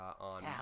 on